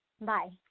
Bye